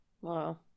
Wow